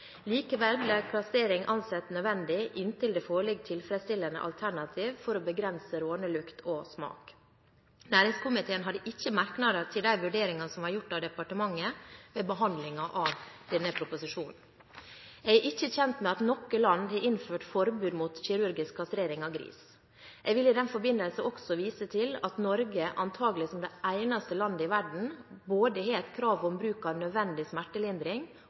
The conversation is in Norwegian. Likevel ble kastrering ansett som nødvendig inntil det forelå tilfredsstillende alternativer for å begrense rånelukt og -smak. Næringskomiteen hadde ikke merknader til de vurderingene som var gjort av departementet ved behandlingen av denne proposisjonen. Jeg er ikke kjent med at noe land har innført forbud mot kirurgisk kastrering av gris. Jeg vil i den forbindelse også vise til at Norge, antakelig som det eneste landet i verden, har et krav om bruk av både nødvendig smertelindring